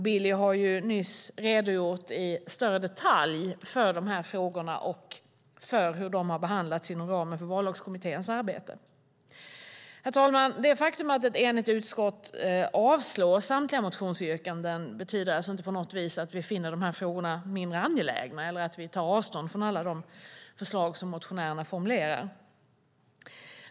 Billy redogjorde nyss i större detalj för dessa frågor och för hur de har behandlats inom ramen för Vallagskommitténs arbete. Herr talman! Det faktum att ett enigt utskott avslår samtliga motionsyrkanden betyder inte på något vis att vi finner dessa frågor mindre angelägna eller att vi tar avstånd från alla de förslag som motionärerna formulerat.